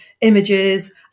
images